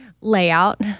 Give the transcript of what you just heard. layout